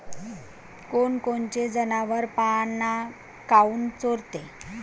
कोनकोनचे जनावरं पाना काऊन चोरते?